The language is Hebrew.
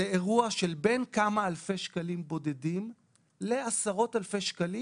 זה אירוע של בין כמה אלפי שקלים בודדים לעשרות אלפי שקלים,